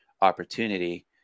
opportunity